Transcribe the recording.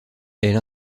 elle